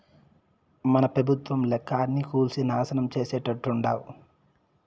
మన పెబుత్వం లెక్క అన్నీ కూల్సి నాశనం చేసేట్టుండావ్